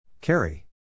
Carry